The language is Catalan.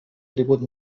tribut